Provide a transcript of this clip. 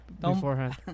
beforehand